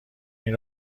این